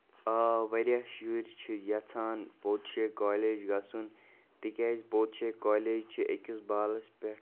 آ واریاہ شُرۍ چھِ یَژھان پوٚت شے کالج گژھُن تِکیازِ پوٚت شیے کالج چھُ أکِس بالَس پٮ۪ٹھ